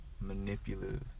manipulative